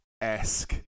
esque